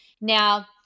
Now